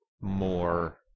more